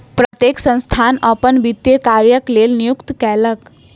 प्रत्येक संस्थान अपन वित्तीय कार्यक लेल नियुक्ति कयलक